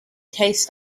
tastes